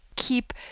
keep